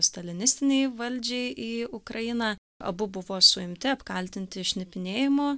stalinistinei valdžiai į ukrainą abu buvo suimti apkaltinti šnipinėjimu